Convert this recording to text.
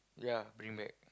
ya bring back